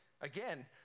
again